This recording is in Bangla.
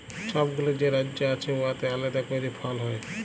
ছব গুলা যে রাজ্য আছে উয়াতে আলেদা ক্যইরে ফল হ্যয়